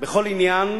בכל עניין,